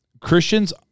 Christians